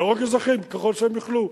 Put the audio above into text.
להרוג אזרחים ככל שהם יוכלו,